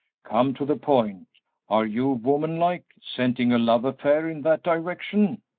come to the point are you, woman-like, scenting a love-affair in that direction?